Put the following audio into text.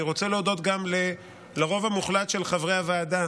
אני רוצה להודות גם לרוב המוחלט של חברי הוועדה